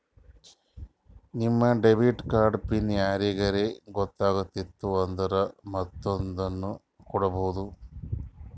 ನಿಮ್ debit card pin ಯಾರಿಗರೇ ಗೊತ್ತಾಗಿತ್ತು ಅಂದುರ್ ಮತ್ತೊಂದ್ನು ಇಡ್ಬೋದು